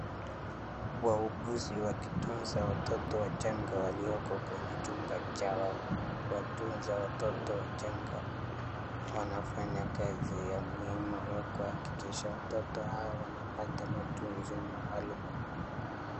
Wauguzi wakitunza watoto wachanga walioko kwenye chumba cha kuwatunza watoto wachanga. Wanafanya kazi ya muhimu ya kuhakikisha watoto hao wanapata matunzo maalum.